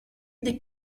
des